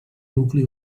nucli